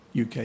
UK